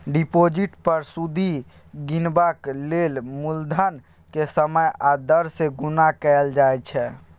deposit पर सुदि गिनबाक लेल मुलधन केँ समय आ दर सँ गुणा कएल जाइ छै